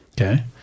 Okay